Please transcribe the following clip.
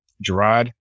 Gerard